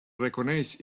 reconeix